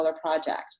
project